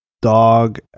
Dog